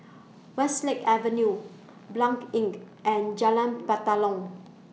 Westlake Avenue Blanc Inn and Jalan Batalong